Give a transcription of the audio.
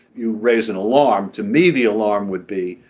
you raised an alarm to me the alarm would be.